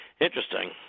interesting